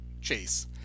Chase